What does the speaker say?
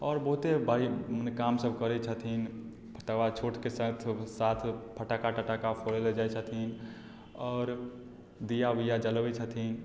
आओर बहुते बाँकी कामसभ करैत छथिन तकर बाद छोटके साथ फटक्का तटक्का फोड़य लए जाइत छथिन आओर दिया विया जड़बैत छथिन